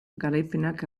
garaipenak